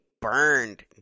burned